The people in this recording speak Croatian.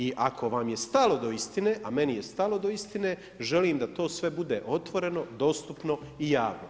I ako vam je stalo do istine, a meni je stalo do istine želim da to sve bude otvoreno, dostupno i javno.